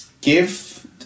give